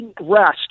rest